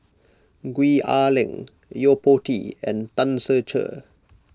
Gwee Ah Leng Yo Po Tee and Tan Ser Cher